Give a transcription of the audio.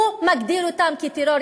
כטרור.